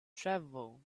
travel